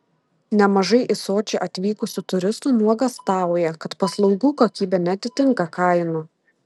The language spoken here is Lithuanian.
nemažai į sočį atvykusių turistų nuogąstauja kad paslaugų kokybė neatitinka kainų